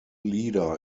leader